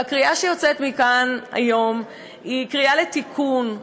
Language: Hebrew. והקריאה שיוצאת מכאן היום היא קריאה לתיקון,